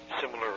similar